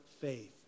faith